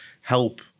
help